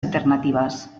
alternativas